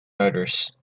motors